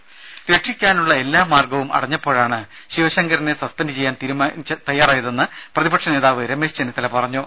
രാര രക്ഷിക്കാനുള്ള എല്ലാമാർഗവുമടഞ്ഞപ്പോഴാണ് ശിവശങ്കരനെ സസ്പെൻഡ് ചെയ്യാൻ തയ്യാറായതെന്ന് പ്രതിപക്ഷ നേതാവ് രമേശ് ചെന്നിത്തല പറഞ്ഞു